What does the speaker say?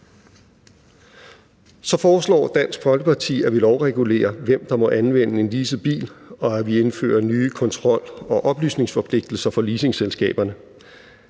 Så foreslår Dansk Folkeparti, at vi lovregulerer, hvem der må anvende en leaset bil, og at vi indfører nye kontrol- og oplysningsforpligtelser for leasingselskaberne.